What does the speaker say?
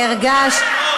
אדוני היושב-ראש,